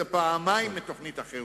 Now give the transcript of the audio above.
זה פעמיים תוכנית החירום,